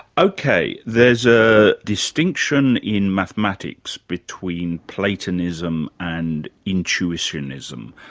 okay, there's a distinction in mathematics between platonism and intuitionism,